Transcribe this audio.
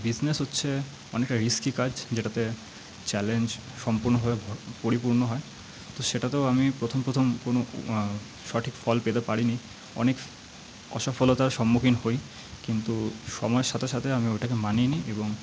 business হচ্ছে অনেকটা risky কাজ যেটাতে চ্যালেঞ্জ সম্পূর্ণ হয়ে পরিপূর্ণ হয় তো সেটাতেও আমি প্রথম প্রথম কোনো সঠিক ফল পেতে পারি নি অনেক অসফলতার সম্মুখীন হই কিন্তু সময়ের সাথে সাথে আমি ওটাকে মানিয়ে নি এবং